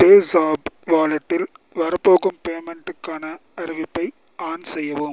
பேஸ்ஆப் வாலெட்டில் வரப்போகும் பேமெண்ட்டுக்கான அறிவிப்பை ஆன் செய்யவும்